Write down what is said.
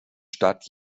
stadt